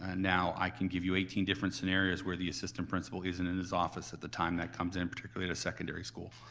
and now i can give you eighteen different scenarios where the assistant principal isn't in his office at the time that comes in, particularly at a secondary school,